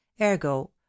ergo